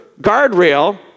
guardrail